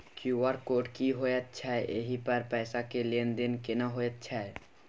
QR code की होयत छै एहि पर पैसा के लेन देन केना होयत छै?